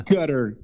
Gutter